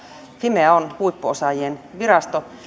fimea on huippuosaajien virasto